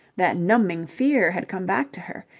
that numbing fear had come back to her.